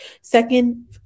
Second